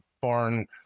foreign